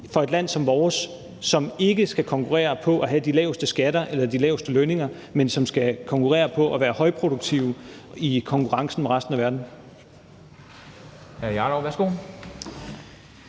for et land som vores, som ikke skal konkurrere på at have de laveste skatter eller de laveste lønninger, men som skal konkurrere på at være højproduktivt i konkurrencen med resten af verden.